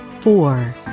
four